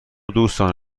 دوستان